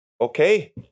Okay